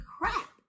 crap